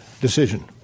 decision